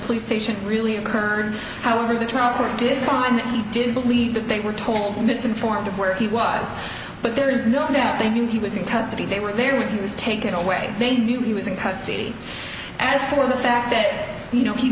police station really occurred however the trucker did find that he did believe that they were told misinformed of where he was but there is no doubt thinking he was in custody they were there when he was taken away they knew he was in custody as for the fact that you know he